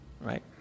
Right